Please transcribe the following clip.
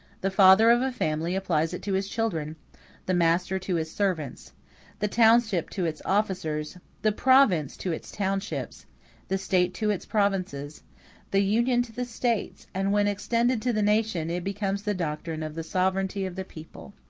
the father of a family applies it to his children the master to his servants the township to its officers the province to its townships the state to its provinces the union to the states and when extended to the nation, it becomes the doctrine of the sovereignty of the people.